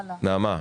נעמה,